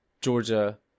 Georgia